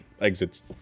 exits